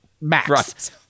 max